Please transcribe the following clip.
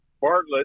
Bartlett